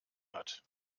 hat